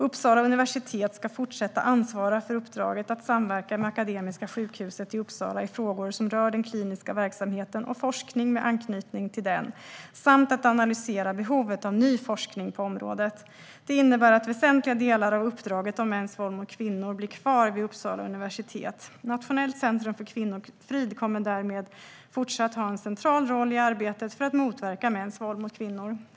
Uppsala universitet ska fortsatt ansvara för uppdraget att samverka med Akademiska sjukhuset i Uppsala i frågor som rör den kliniska verksamheten och forskning med anknytning till den samt att analysera behovet av ny forskning inom området. Det innebär att väsentliga delar av uppdraget om mäns våld mot kvinnor blir kvar vid Uppsala universitet. Nationellt centrum för kvinnofrid kommer därmed fortsatt att ha en central roll i arbetet för att motverka mäns våld mot kvinnor.